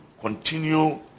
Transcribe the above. continue